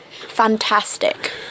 fantastic